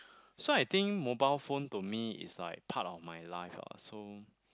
so I think mobile phone to me is like part of my life lah so